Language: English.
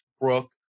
Brooke